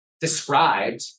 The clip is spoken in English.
described